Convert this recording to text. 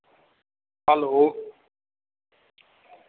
hello